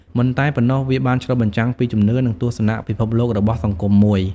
មិនតែប៉ុណ្ណោះ វាបានឆ្លុះបញ្ចាំងពីជំនឿ និងទស្សនៈពិភពលោករបស់សង្គមមួយ។